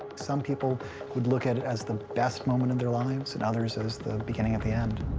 some people would look at it as the best moment in their lives, and others, as the beginning of the end.